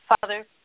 Father